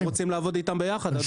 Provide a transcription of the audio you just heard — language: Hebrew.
אנחנו רוצים לעבוד איתם ביחד.